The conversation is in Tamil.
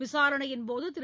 விசாரணையின்போது திரு